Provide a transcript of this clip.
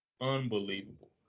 Unbelievable